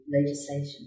legislation